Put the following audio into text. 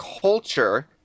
culture